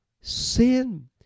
sin